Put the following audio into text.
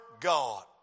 God